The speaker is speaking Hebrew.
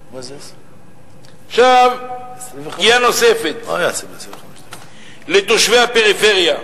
עכשיו, פגיעה נוספת בתושבי הפריפריה,